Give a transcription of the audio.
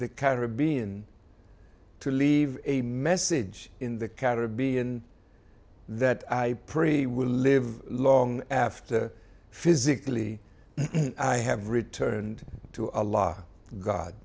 the caribbean to leave a message in the caribbean that i pre will live long after physically i have returned to a la god